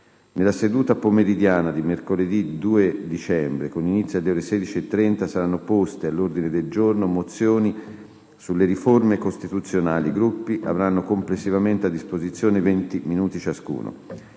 Nella seduta pomeridiana di mercoledì 2 dicembre, con inizio alle ore 16,30, saranno poste all'ordine del giorno mozioni sulle riforme costituzionali. I Gruppi avranno complessivamente a disposizione 20 minuti ciascuno.